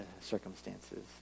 circumstances